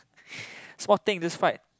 small thing just fight